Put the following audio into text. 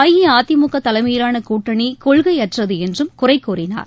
அஇஅதிமுக தலைமையிலான கூட்டணி கொள்கையற்றது என்றும் குறைகூறினார்